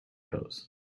pose